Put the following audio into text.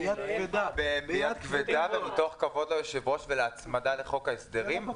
אין נמנעים --- ביד כבדה ומתוך כבוד ליושב-ראש ולהצמדה לחוק ההסדרים.